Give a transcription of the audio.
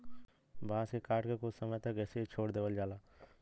बांस के काट के कुछ समय तक ऐसे ही छोड़ देवल जाला